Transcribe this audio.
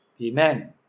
Amen